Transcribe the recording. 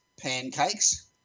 pancakes